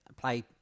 play